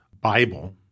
Bible